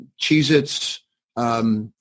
Cheez-Its